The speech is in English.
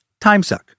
timesuck